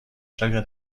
chaque